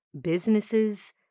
businesses